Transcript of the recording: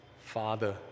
Father